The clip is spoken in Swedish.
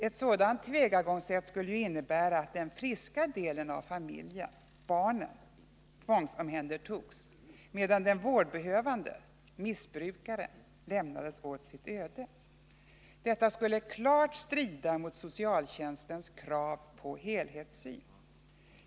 Ett sådant tillvägagångssätt skulle innebära att den friska delen av familjen, barnen, tvångsomhändertogs medan den vårdbehövande — missbrukaren — lämnades åt sitt öde. Detta skulle klart strida mot socialtjänstens krav på helhetssyn.